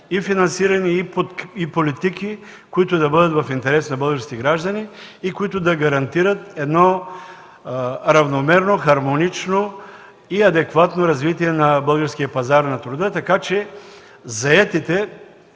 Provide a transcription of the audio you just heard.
финансиране и политики, които да бъдат в интерес на българските граждани и да гарантират едно равномерно, хармонично и адекватно развитие на българския пазар на труда, така че заетите